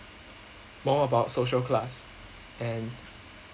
more about social class and